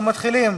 אנחנו מתחילים